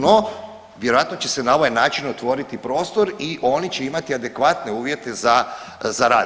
No, vjerojatno će se na ovaj način otvoriti prostor i oni će imati adekvatne uvjete za rad.